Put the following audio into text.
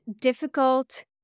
difficult